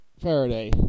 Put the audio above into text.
Faraday